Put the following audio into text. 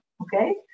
okay